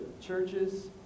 Churches